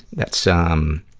that's, um,